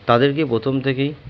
তাদেরকে প্রথম থেকেই